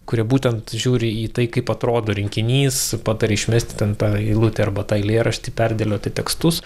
kurie būtent žiūri į tai kaip atrodo rinkinys pataria išmesti ten tą eilutę arba tą eilėraštį perdėlioti tekstus